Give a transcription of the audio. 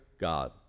God